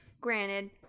granted